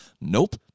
Nope